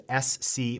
SC